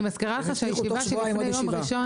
אני מזכירה לך שהישיבה שלפני יום ראשון